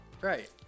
Right